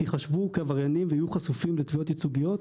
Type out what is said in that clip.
ייחשבו כעבריינים ויהיו חשופים לתביעות ייצוגיות,